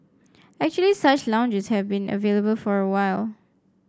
actually such lounges have been available for a while